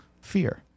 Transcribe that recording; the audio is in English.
fear